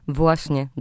właśnie